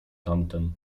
tamten